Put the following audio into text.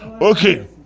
Okay